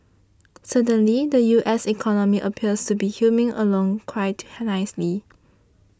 certainly the U S economy appears to be humming along quite her nicely